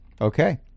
Okay